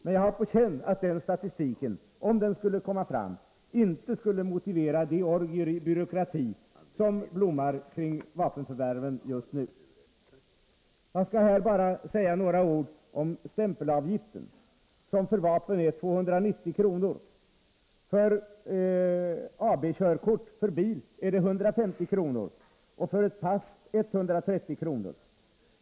Men jag har på känn att den statistiken, om den skulle komma fram, inte skulle motivera de orgier av byråkrati som blommar kring vapenförvärven just nu. Jag skall här bara säga några ord om stämpelavgiften. Den avgiften är för vapen 290 kr., för AB-körkort för bil 150 kr. och för ett pass 130 kr.